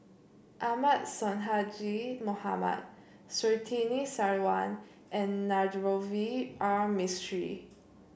Ahmad Sonhadji Mohamad Surtini Sarwan and Navroji R Mistri